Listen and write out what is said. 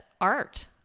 art